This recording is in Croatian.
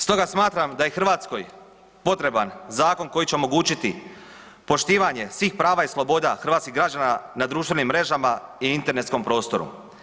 Stoga smatram da je Hrvatskoj potreban zakon koji će omogućiti poštivanje svih prava i sloboda hrvatskih građana na društvenim mrežama i internetskom prostoru.